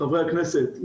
חברי הכנסת.